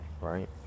right